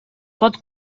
pot